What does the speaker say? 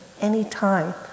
anytime